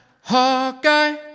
Hawkeye